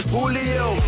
Julio